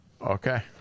Okay